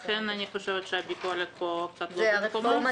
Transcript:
לכן אני חושבת שהביקורת פה קצת לא במקומה.